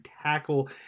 tackle